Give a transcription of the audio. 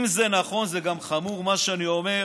אם זה נכון גם זה חמור, מה שאני אומר,